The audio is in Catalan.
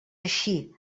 així